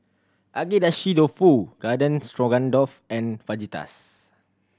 Agedashi Dofu Garden Stroganoff and Fajitas